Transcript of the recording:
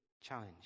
challenge